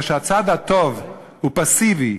כשהצד הטוב הוא פסיבי,